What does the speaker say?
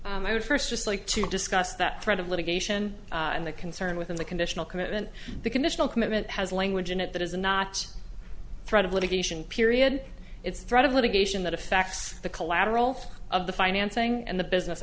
so i would first just like to discuss that threat of litigation and the concern within the conditional commitment the conditional commitment has language in it that is a not threat of litigation period it's threat of litigation that affects the collateral of the financing and the business